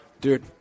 Dude